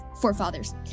forefathers